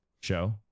show